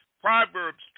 Proverbs